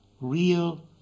Real